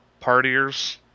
partiers